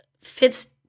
fits